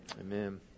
Amen